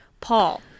paul